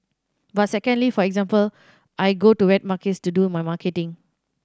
but secondly for example I go to wet markets to do my marketing